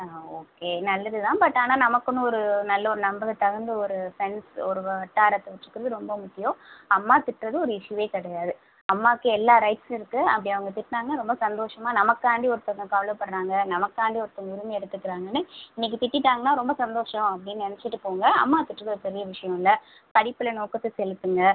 ஆ okay நல்லதுதான் but ஆனால் நமக்குன்னு ஒரு நல்ல ஒரு நம்பகத்தகுந்த ஒரு ஃப்ரெண்ட்ஸ் ஒரு வட்டாரத்தை வெச்சிக்கிறது ரொம்ப முக்கியம் அம்மா திட்டுறது ஒரு இஷ்யூவே கிடையாது அம்மாவுக்கு எல்லா ரைட்ஸும் இருக்குது அப்படி அவங்க திட்டினாங்கன்னா ரொம்ப சந்தோஷமாக நமக்காண்டி ஒருத்தங்க கவலைப்பட்றாங்க நமக்காண்டி ஒருத்தங்க உரிமை எடுத்துக்கிறாங்கன்னு இன்னைக்கி திட்டிவிட்டாங்கன்னா ரொம்ப சந்தோஷம் அப்படின்னு நெனைச்சிட்டுப்போங்க அம்மா திட்டுறது ஒரு பெரிய விஷயம் இல்லை படிப்பில் நோக்கத்தை செலுத்துங்கள்